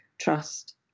trust